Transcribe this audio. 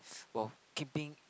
while keeping